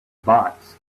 bots